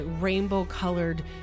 rainbow-colored